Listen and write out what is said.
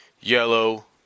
yellow